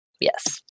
Yes